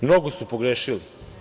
Mnogo su pogrešili.